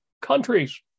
countries